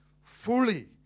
fully